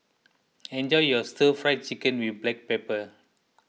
enjoy your Stir Fried Chicken with Black Pepper